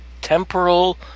Temporal